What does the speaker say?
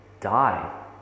die